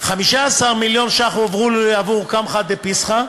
15 מיליון ש"ח הועברו עבור קמחא דפסחא,